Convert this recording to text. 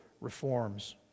reforms